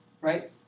Right